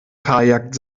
kajak